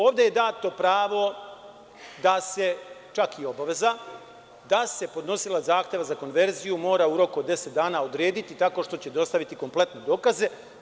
Ovde je dato pravo čak i obaveza da se podnosilac zahteva za konverziju mora u roku od deset dana odrediti tako što će dostaviti kompletne dokaze.